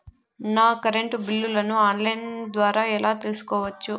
నా కరెంటు బిల్లులను online ద్వారా ఎలా తెలుసుకోవచ్చు?